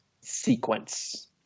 sequence